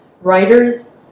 writers